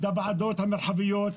הוועדות המרחביות.